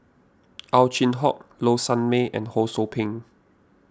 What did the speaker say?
Ow Chin Hock Low Sanmay and Ho Sou Ping